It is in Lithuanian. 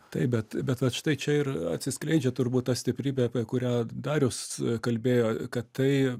taip bet bet va štai čia ir atsiskleidžia turbūt ta stiprybė apie kurią darius kalbėjo kad tai